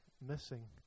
missing